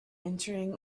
entering